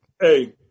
Hey